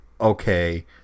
okay